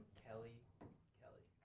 kellie kelly.